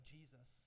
Jesus